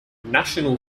national